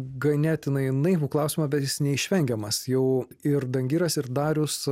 ganėtinai naivų klausimą bet jis neišvengiamas jau ir dangiras ir darius